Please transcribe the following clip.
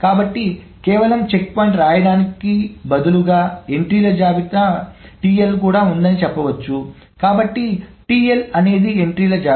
కాబట్టి కేవలం చెక్పాయింట్ రాయడానికి బదులుగా ఎంట్రీల జాబితా చెక్పాయింట్ TL కూడా ఉందని చెప్పవచ్చు కాబట్టి TL అనేది ఎంట్రీల జాబితా